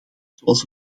zoals